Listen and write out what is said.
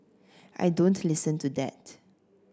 I don't listen to that